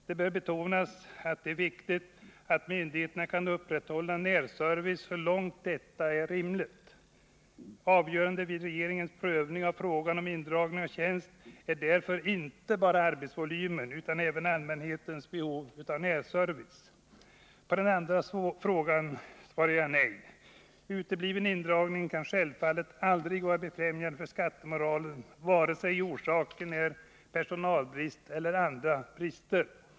Det bör betonas, att det är viktigt att myndigheterna kan upprätthålla närservice så långt detta är rimligt. Avgörande vid regeringens prövning av frågan om indragning av tjänst är därför inte bara arbetsvolymen utan även allmänhetens behov av närservice. På den andra frågan svarar jag nej. Utebliven indrivning kan självfallet aldrig vara befrämjande för skattemoralen vare sig orsaken är personalbrist eller andra brister.